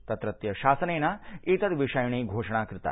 तत्रत्य शासनेन एतद्विषयिणी घोषणा कृता